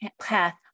path